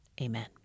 amen